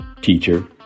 teacher